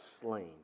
slain